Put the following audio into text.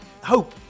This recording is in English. hope